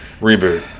reboot